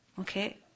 okay